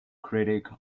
critic